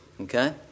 Okay